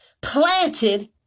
planted